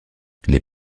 les